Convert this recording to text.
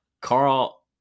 Carl